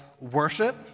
worship